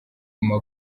guma